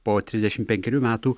po trisdešim penkerių metų